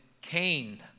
Cain